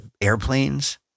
airplanes